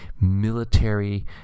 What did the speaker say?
military